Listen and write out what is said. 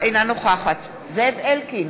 אינה נוכחת זאב אלקין,